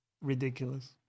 ridiculous